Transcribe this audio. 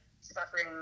suffering